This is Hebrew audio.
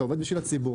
אתה עובד בשביל הציבור.